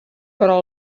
però